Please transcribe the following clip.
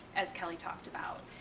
as kelli talked about.